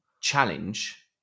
challenge